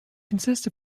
consists